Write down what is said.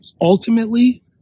Ultimately